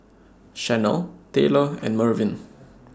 Shanell Taylor and Mervyn